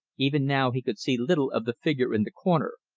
even now he could see little of the figure in the corner,